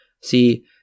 See